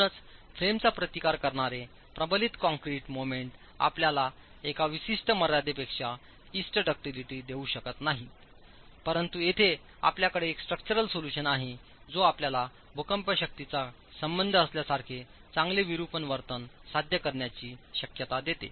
म्हणूनच फ्रेमचा प्रतिकार करणारे प्रबलित काँक्रीट मोमेंट आपल्याला एका विशिष्ट मर्यादेपेक्षा इष्ट डक्टीलिटी देऊ शकत नाहीत परंतु येथे आपल्याकडे एक स्ट्रक्चरल सोल्यूशन आहे जो आपल्याला भूकंप शक्तींचा संबंध असल्यासारखे चांगले विरूपण वर्तन साध्य करण्याची शक्यता देते